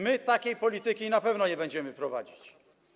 My takiej polityki na pewno nie będziemy prowadzić.